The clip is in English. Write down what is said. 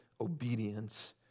obedience